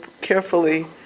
carefully